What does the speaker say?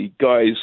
guys